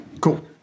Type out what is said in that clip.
cool